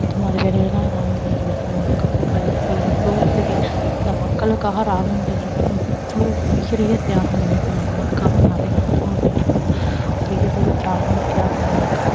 இதுமாதிரி வேலையெல்லாம் ராணுவ வீரர்கள் செய்வாங்கள் கப்பலலுக்கு அடியில் போய் எவ்வளோ பெரிய இந்த மக்களுக்காக ராணுவ வீரர்கள்லாம் எவ்வளோ உயிரையே தியாகம் பண்ணியிருக்காங்க நமக்காக நிறையா ராணுவ வீரர்கள் உயிரையே தியாகம் தியாகம் பண்ணியிருக்காங்க